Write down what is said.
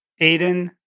Aiden